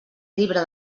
llibre